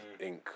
Inc